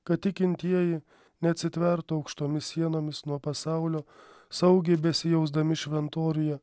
kad tikintieji neatsitvertų aukštomis sienomis nuo pasaulio saugiai besijausdami šventoriuje